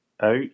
out